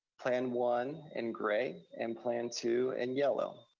plan one in gray, and plan two in yellow.